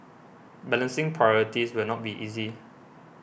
balancing priorities will not be easy